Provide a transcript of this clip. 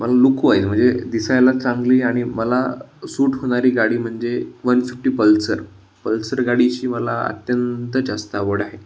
मला लुकवाईज म्हणजे दिसायला चांगली आणि मला सूट होणारी गाडी म्हणजे वन फिफ्टी पल्सर पल्सर गाडीची मला अत्यंत जास्त आवड आहे